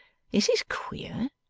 this is queer.